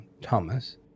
thomas